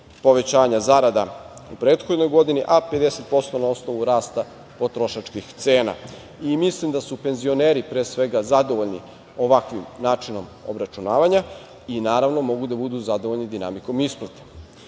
povećanja zarada u prethodnoj godini, a 50% na osnovu rasta potrošačkih cena. Mislim da su penzioneri, pre svega, zadovoljni ovakvim načinom obračunavanja i naravno, mogu da budu zadovoljni dinamikom isplate. Na